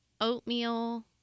oatmeal